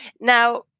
Now